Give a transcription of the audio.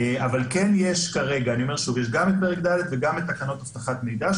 אני אומר שוב יש כרגע את פרק ד' וגם תקנות אבטחת מידע,